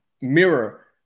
mirror